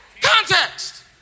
context